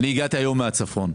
אני הגעתי היום מהצפון.